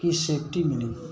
की सेफ्टी मिलेगी